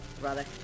brother